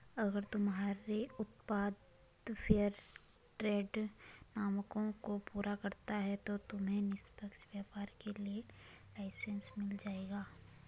अगर तुम्हारे उत्पाद फेयरट्रेड मानकों को पूरा करता है तो तुम्हें निष्पक्ष व्यापार के लिए लाइसेन्स मिल जाएगा